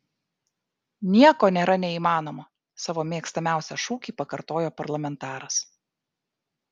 nieko nėra neįmanomo savo mėgstamiausią šūkį pakartojo parlamentaras